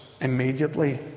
immediately